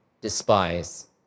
despise